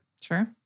Sure